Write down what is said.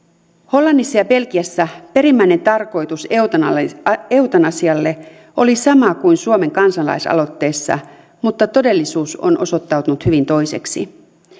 hollannissa ja belgiassa perimmäinen tarkoitus eutanasialle oli sama kuin suomen kansalaisaloitteessa mutta todellisuus on osoittautunut hyvin toiseksi